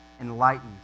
enlightened